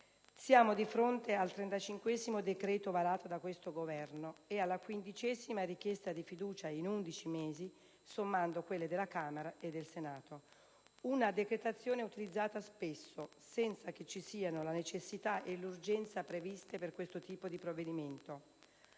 Siamo di fronte al trentacinquesimo decreto varato da questo Governo e alla quindicesima richiesta di fiducia in 11 mesi, sommando quelle della Camera e del Senato. Una decretazione utilizzata spesso senza che ci siano la necessità e l'urgenza previste per questo tipo di provvedimento.